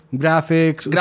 graphics